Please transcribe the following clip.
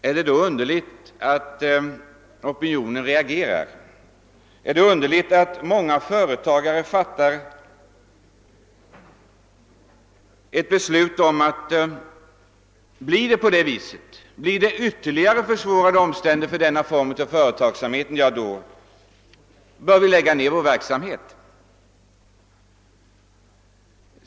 Är det då underligt att många företagare bestämmer sig för att lägga ned verksamheten om de möter ytterligare svårigheter?